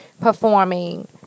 performing